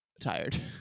tired